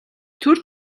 түр